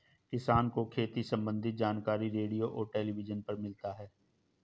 किसान को खेती सम्बन्धी जानकारी रेडियो और टेलीविज़न पर मिलता है